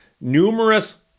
numerous